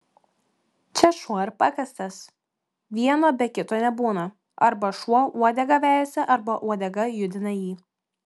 čia šuo ir pakastas vieno be kito nebūna arba šuo uodegą vejasi arba uodega judina jį